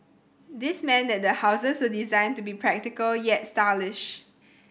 this meant that the houses were designed to be practical yet stylish